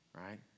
right